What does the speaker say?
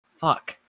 Fuck